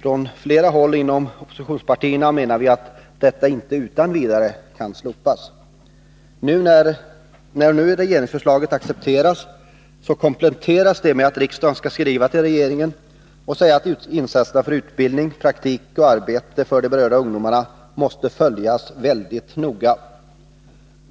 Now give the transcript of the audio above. Från flera håll inom oppositionspartierna menar vi att detta slopande inte utan vidare kan ske. När nu regeringsförslaget accepteras, kompletteras det med att riksdagen skall skriva till regeringen och säga att insatserna för utbildning, praktik och arbete för de berörda ungdomarna måste följas väldigt noga.